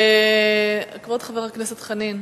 כבוד חבר הכנסת חנין,